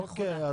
אוקיי.